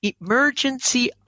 emergency